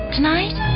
Tonight